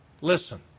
Listen